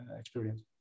experience